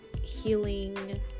healing